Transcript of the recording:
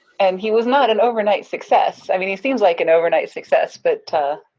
and he was not an overnight success. i mean he seems like an overnight success, but ah,